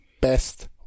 best